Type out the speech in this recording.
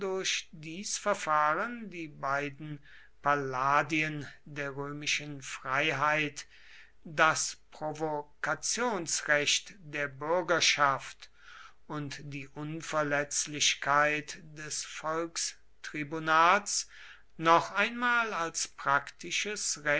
dies verfahren die beiden palladien der römischen freiheit das provokationsrecht der bürgerschaft und die unverletzlichkeit des volkstribunats noch einmal als praktisches